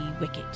wicked